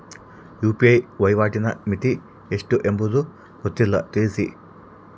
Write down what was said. UPI ವಹಿವಾಟಿನ ಮಿತಿ ಎಷ್ಟು ಎಂಬುದು ಗೊತ್ತಿಲ್ಲ? ತಿಳಿಸಿ?